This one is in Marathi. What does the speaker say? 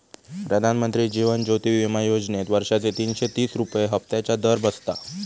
प्रधानमंत्री जीवन ज्योति विमा योजनेत वर्षाचे तीनशे तीस रुपये हफ्त्याचो दर बसता